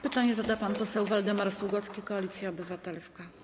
Pytanie zada pan poseł Waldemar Sługocki, Koalicja Obywatelska.